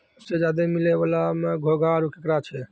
सबसें ज्यादे मिलै वला में घोंघा आरो केकड़ा छै